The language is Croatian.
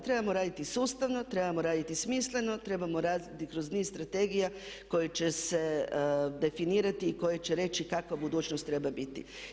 Trebamo raditi sustavno, trebamo raditi smisleno, trebamo raditi kroz niz strategija koje će se definirati i koje će reći kakva budućnost treba biti.